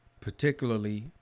particularly